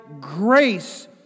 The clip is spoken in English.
grace